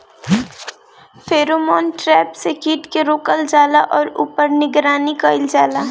Pheromone trap से कीट के रोकल जाला और ऊपर निगरानी कइल जाला?